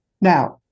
Now